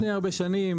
לפני הרבה שנים.